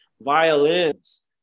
violins